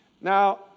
Now